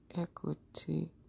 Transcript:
Equity